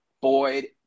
boyd